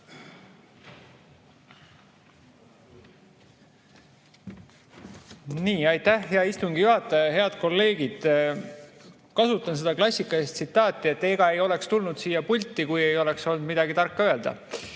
Aitäh, hea istungi juhataja! Head kolleegid! Kasutan seda klassikalist [ütlemist], et ega ma ei oleks tulnud siia pulti, kui ei oleks olnud midagi tarka öelda.